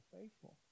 faithful